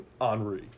Henri